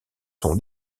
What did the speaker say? son